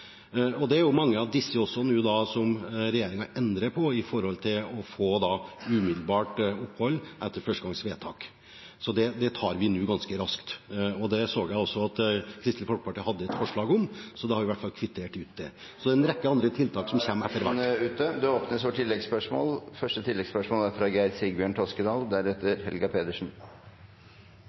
til å få umiddelbart opphold etter første gangs vedtak, så det tar vi nå ganske raskt. Det så jeg også at Kristelig Folkeparti hadde et forslag om, så da har vi i hvert fall kvittert ut det. Det er en rekke andre tiltak … Da er tiden ute. Det blir oppfølgingsspørsmål – først Geir Sigbjørn Toskedal. I Aftenposten i dag er hovedoppslaget om en annen gruppe sårbare barn. En kvinne fra